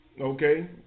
Okay